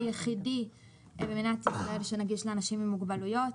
היחידי במדינת ישראל שנגיש לאנשים עם מוגבלויות.